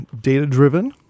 data-driven